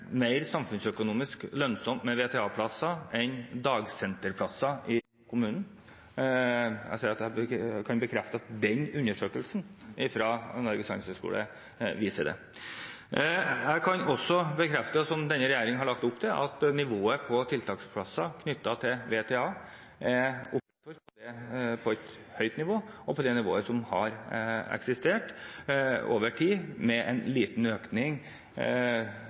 mer samfunnsøkonomisk lønnsomt med VTA-plasser enn dagsenterplasser i kommunen. Jeg kan også bekrefte, som denne regjeringen har lagt opp til, at nivået på tiltaksplasser knyttet til VTA, er på et høyt nivå og på det nivået som har eksistert over tid, med en liten økning